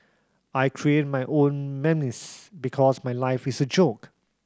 I create my own memes because my life is a joke